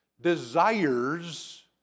desires